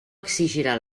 exigirà